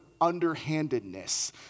underhandedness